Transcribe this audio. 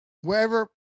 wherever